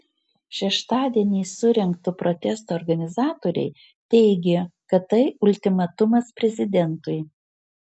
šeštadienį surengto protesto organizatoriai teigė kad tai ultimatumas prezidentui